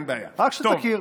רק שתכיר.